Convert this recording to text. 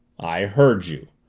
i heard you!